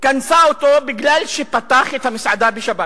קנסה אותו מכיוון שפתח את המסעדה בשבת.